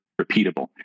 repeatable